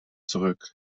zurück